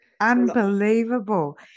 Unbelievable